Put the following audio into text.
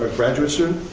but graduate student?